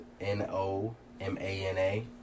n-o-m-a-n-a